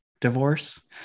divorce